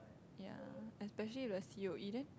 ya especially the c_o_e then